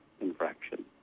infraction